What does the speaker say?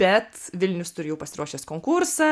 bet vilnius turi jau pasiruošęs konkursą